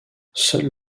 seul